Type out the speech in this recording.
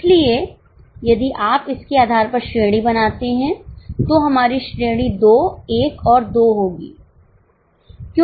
इसलिए यदि आप इसके आधार पर श्रेणी बनाते हैं तो हमारी श्रेणी 2 1 और 2 होगी